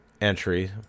entry